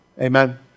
Amen